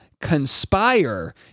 conspire